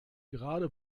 gerade